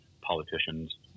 politicians